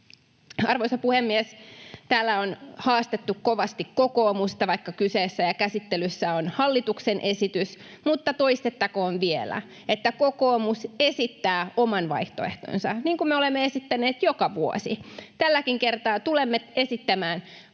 Arvoisa puhemies! Täällä on haastettu kovasti kokoomusta, vaikka kyseessä ja käsittelyssä on hallituksen esitys, mutta toistettakoon vielä, että kokoomus esittää oman vaihtoehtonsa, niin kuin me olemme esittäneet joka vuosi. Tälläkin kertaa tulemme esittämään vastuullisen,